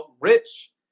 rich